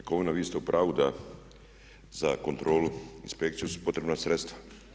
Jakovina, vi ste u pravu da za kontrolu inspekciju su potrebna sredstva.